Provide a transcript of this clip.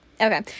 Okay